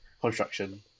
construction